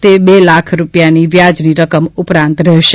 તે બે લાખ રૂપિયાની વ્યાજની રકમ ઉપરાંત રહેશે